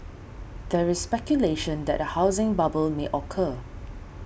there is speculation that a housing bubble may occur